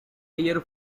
ayer